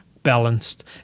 balanced